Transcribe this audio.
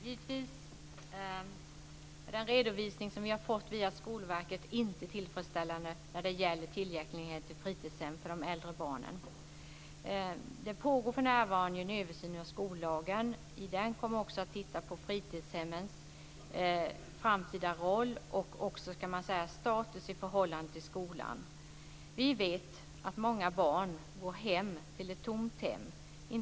Fru talman! Givetvis är den redovisning som vi har fått via Skolverket inte tillfredsställande när det gäller tillgänglighet till fritidshem för de äldre barnen. Det pågår för närvarande en översyn av skollagen. I den kommer man också att titta närmare på fritidshemmens framtida roll och även status kan man säga i förhållande till skolan. Vi vet att många barn går hem till ett tomt hem.